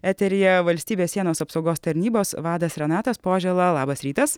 eteryje valstybės sienos apsaugos tarnybos vadas renatas požėla labas rytas